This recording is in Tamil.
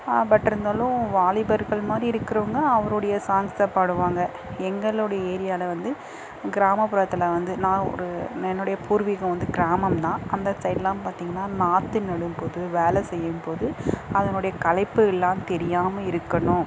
பட் இருந்தாலும் வாலிபர்கள் மாதிரி இருக்கிறவுங்க அவருடைய சாங்ஸை பாடுவாங்க எங்களுடைய ஏரியாவில் வந்து கிராமப்புறத்தில் வந்து நான் ஒரு என்னுடைய பூர்விகம் வந்து கிராமம் தான் அந்த சைடுலாம் பார்த்திங்கனா நாற்று நடும் போது வேலை செய்யும் போது அதனுடைய களைப்புயெல்லாம் தெரியாமல் இருக்கணும்